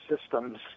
systems